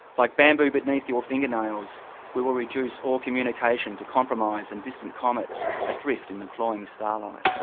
like bamboo beneath your finger nails we will reduce all communication to compromise and distant comets adrift in the cloying starlight.